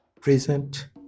present